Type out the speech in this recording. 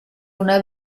una